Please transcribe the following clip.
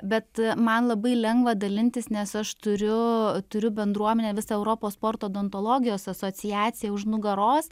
bet man labai lengva dalintis nes aš turiu turiu bendruomenę visą europos sporto odontologijos asociaciją už nugaros